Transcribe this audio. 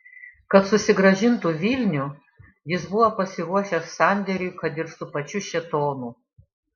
kad susigrąžintų vilnių jis buvo pasiruošęs sandėriui kad ir su pačiu šėtonu